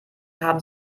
haben